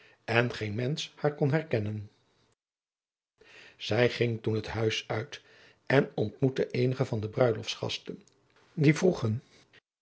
en geen mensch haar kon herkennen zij ging toen het huis uit en ontmoette eenige van de bruiloftsgasten die vroegen